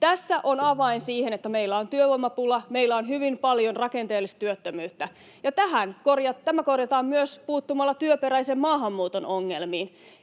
Tässä on avain siihen, että meillä on työvoimapula, meillä on hyvin paljon rakenteellista työttömyyttä, ja tämä korjataan myös puuttumalla työperäisen maahanmuuton ongelmiin.